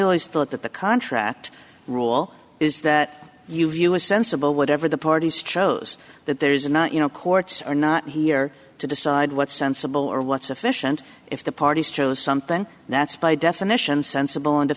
always thought that the contract rule is that you view a sensible whatever the parties chose that there's not you know courts are not here to decide what sensible or what sufficient if the parties chose something that's by definition sensible